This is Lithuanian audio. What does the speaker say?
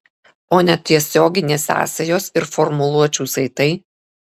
o netiesioginės sąsajos ir formuluočių saitai